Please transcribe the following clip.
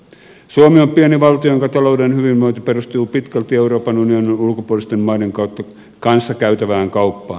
suomi on pieni valtio jonka taloudellinen hyvinvointi perustuu pitkälti euroopan unionin ulkopuolisten maiden kanssa käytävään kauppaan